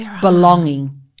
belonging